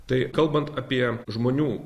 tai kalbant apie žmonių